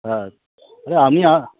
হ্যাঁ আমি আর